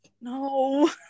No